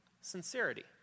Sincerity